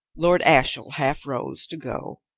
lord ashiel half rose to go,